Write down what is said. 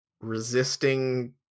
resisting